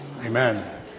Amen